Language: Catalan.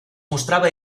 mostrava